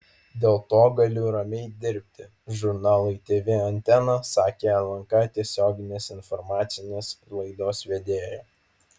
dėl to galiu ramiai dirbti žurnalui tv antena sakė lnk tiesioginės informacinės laidos vedėja